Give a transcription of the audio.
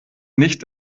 nicht